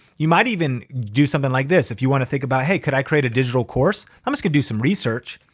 you might even do something like this if you wanna think about hey, could i create a digital course? i'm just gonna do some research.